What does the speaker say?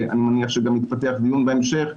ואני מניח שגם יתפתח דיון בהמשך,